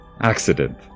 accident